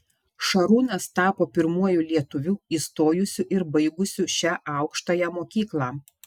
šarūnas tapo pirmuoju lietuviu įstojusiu ir baigusiu šią aukštąją mokyklą